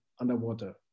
underwater